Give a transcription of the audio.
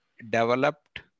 developed